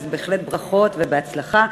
אז בהחלט ברכות ובהצלחה.